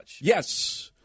Yes